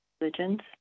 religions